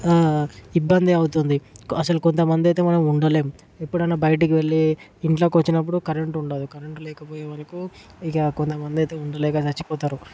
ఇబ్బంది అవుతుంది అస్సలు కొంతమంది అయితే మనం ఉండలేం ఎప్పుడన్నా బయటకు వెళ్లి ఇంట్లోకొచ్చినప్పుడు కరెంట్ ఉండదు కరెంట్ లేకపోయేవరకు ఇంక కొంతమంది అయితే ఉండలేక చచ్చిపోతరు